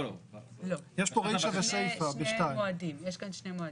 יש כאן שני מועדים.